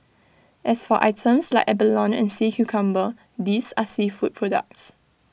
as for items like abalone and sea cucumber these are seafood products